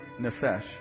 nefesh